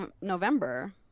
November